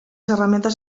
herramientas